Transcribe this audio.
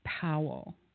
Powell